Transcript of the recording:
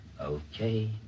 Okay